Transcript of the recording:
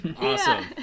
awesome